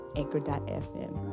anchor.fm